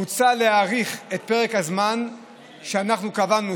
מוצע להאריך את פרק הזמן שאנחנו קבענו,